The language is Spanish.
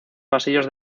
pasillos